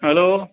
hello